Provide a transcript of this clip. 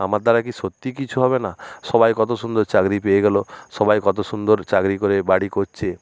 আমার দ্বারা কি সত্যিই কিছু হবে না সবাই কত সুন্দর চাকরি পেয়ে গেল সবাই কত সুন্দর চাকরি করে বাড়ি করছে